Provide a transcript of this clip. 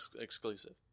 exclusive